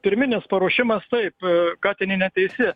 pirminis paruošimas taip katinienė teisi